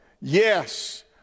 Yes